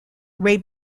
ray